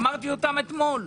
אמרתי אותן אתמול.